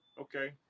Okay